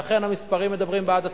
ואכן, המספרים מדברים בעד עצמם.